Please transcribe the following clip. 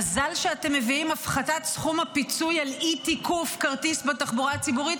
מזל שאתם מביאים הפחתת סכום פיצוי על אי-תיקוף כרטיס בתחבורה הציבורית,